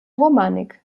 romanik